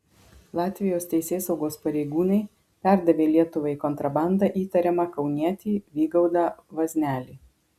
latvijos teisėsaugos pareigūnai perdavė lietuvai kontrabanda įtariamą kaunietį vygaudą vaznelį